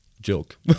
joke